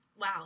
wow